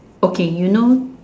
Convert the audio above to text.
okay you know